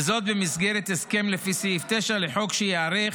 וזאת במסגרת הסכם לפי סעיף 9 לחוק, שייערך